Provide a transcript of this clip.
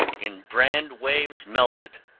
in brand-waves melted,